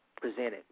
presented